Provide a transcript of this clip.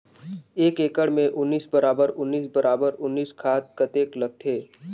एक एकड़ मे उन्नीस बराबर उन्नीस बराबर उन्नीस खाद कतेक लगथे?